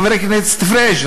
חבר הכנסת פריג',